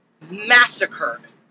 massacred